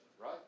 right